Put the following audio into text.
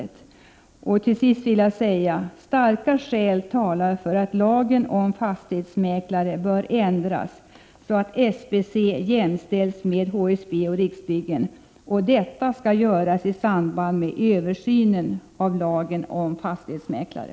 Sammanfattningsvis vill jag säga att starka skäl talar för att lagen om fastighetsmäklare skall ändras så att SBC jämställs med HSB och Riksbyggen, och detta skall göras i samband med översynen av lagen om fastighetsmäklare.